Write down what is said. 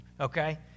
okay